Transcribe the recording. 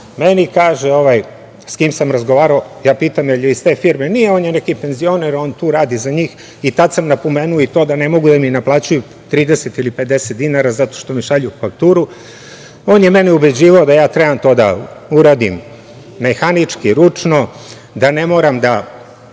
Meni kaže ovaj sa kim sam razgovarao… Pitam – da li je iz te firme? Ne, on je neki penzioner, on tu radi za njih i tad sam napomenuo da ne mogu da mi naplaćuju 30 ili 50 dinara zato što mi šalju fakturu. On je mene ubeđivao da treba to da uradim mehanički, ručno, da ne moram da